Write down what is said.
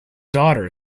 daughter